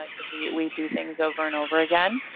like because we we do things over and over again.